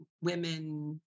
Women